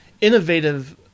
innovative